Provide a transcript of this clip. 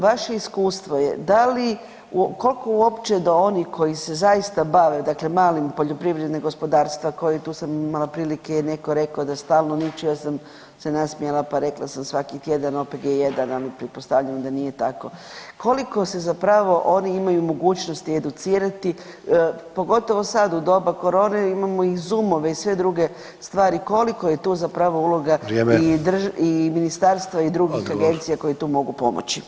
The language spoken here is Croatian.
Vaše iskustvo je da li, koliko uopće do onih koji se zaista bave, dakle malim poljoprivredna gospodarstva koji, tu sam imala prilike, neko je rekao da stalno niču, ja sam se nasmijala, pa rekla sam svaki tjedan opet je jedan, ali pretpostavljam da nije tako, koliko se zapravo oni imaju mogućnosti educirati, pogotovo sad u doba korone imamo i zumove i sve druge stvari, koliko je tu zapravo uloga i ministarstva i drugih agencija koje tu mogu pomoći?